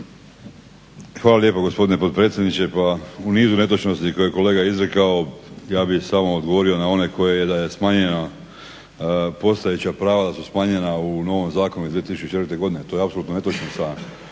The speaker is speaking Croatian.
Hvala lijepo gospodine potpredsjedniče. Pa u nizu netočnosti koje je kolega izrekao, ja bi samo odgovorio na one koje je, da je smanjena postojeća prava da su smanjena u novom zakonu iz 2004. godine, to je apsolutno netočno.